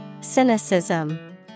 Cynicism